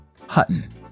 Hutton